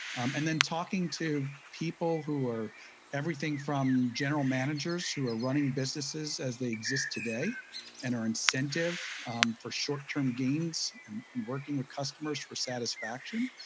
and then talking to people who are everything from general managers who are running businesses as they exist today and are incented for short-term gains and and working with customers for satisfaction,